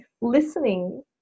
listening